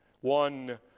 one